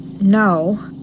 no